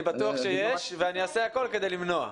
אני בטוח שיש ואני אעשה הכול כדי למנוע.